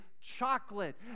chocolate